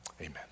amen